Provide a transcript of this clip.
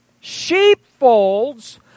sheepfolds